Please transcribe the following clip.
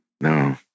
No